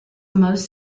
most